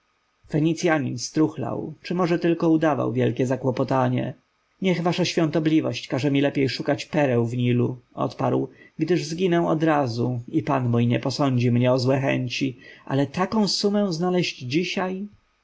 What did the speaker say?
talentów fenicjanin struchlał czy może tylko udawał wielkie zakłopotanie niech wasza świątobliwość każe mi lepiej szukać pereł w nilu odparł gdyż zginę odrazu i pan mój nie posądzi mnie o złe chęci ale taką sumę znaleźć dzisiaj